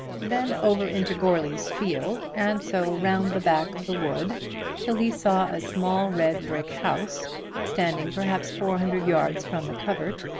then over into goarly's field, and so round the back of the wood till he saw a small red brick house standing perhaps four hundred yards from the covert,